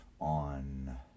on